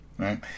right